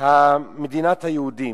מדינת היהודים.